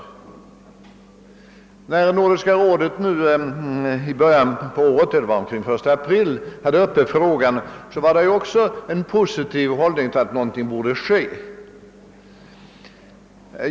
När Nordiska rådet nu i början av året — det var omkring den 1 april — hade frågan uppe intog man en positiv hållning till att någonting borde ske.